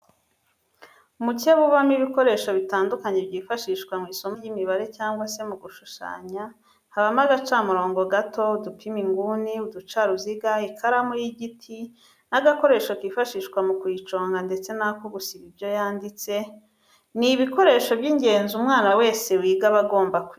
Umukebe ubamo ibikoresho bitandukanye byifashishwa mu isomo ry'imibare cyangwa se mu gushushanya habamo agacamurongo gato, udupima inguni, uducaruziga, ikaramu y'igiti n'agakoresho kifashishwa mu kuyiconga ndetse n'ako gusiba ibyo yanditse, ni ibikoresho by'ingenzi umwana wese wiga aba agomba kugira.